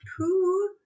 two